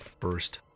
first